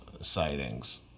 sightings